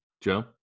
joe